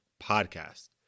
podcast